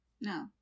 No